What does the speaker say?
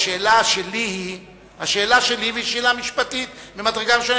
השאלה שלי היא שאלה משפטית ממדרגה ראשונה,